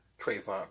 Trayvon